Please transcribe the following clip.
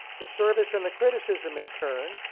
the service in the criticism, in turn,